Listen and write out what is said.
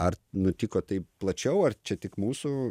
ar nutiko tai plačiau ar čia tik mūsų